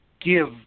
give